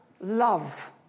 love